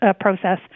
process